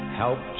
help